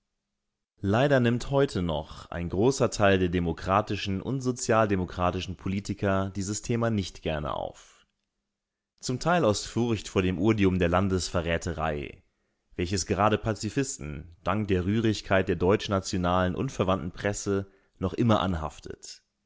leider nimmt heute noch ein großer teil der demokratischen und sozialdemokratischen politiker dieses thema nicht gern auf zum teil aus furcht vor dem odium der landesverräterei welches gerade pazifisten dank der rührigkeit der deutschnationalen und verwandten presse noch immer anhaftet